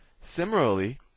Similarly